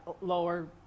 lower